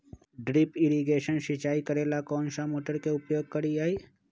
Drip irrigation सिंचाई करेला कौन सा मोटर के उपयोग करियई?